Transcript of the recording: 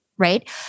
Right